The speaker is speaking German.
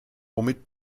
womit